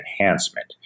enhancement